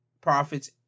profits